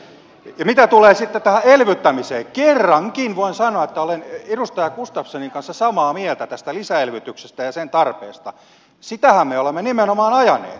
ja mitä tulee sitten tähän elvyttämiseen kerrankin voin sanoa että olen edustaja gustafssonin kanssa samaa mieltä tästä lisäelvytyksestä ja sen tarpeesta sitähän me olemme nimenomaan ajaneet